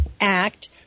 act